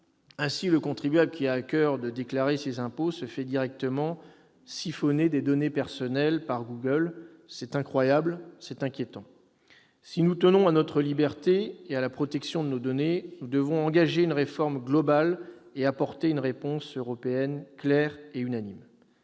Ainsi, le contribuable qui a à coeur de déclarer ses impôts se fait directement siphonner des données personnelles par Google ... C'est incroyable, c'est inquiétant. Si nous tenons à notre liberté et à la protection de nos données, nous devons engager une réforme globale et apporter une réponse européenne claire et unanime.